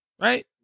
right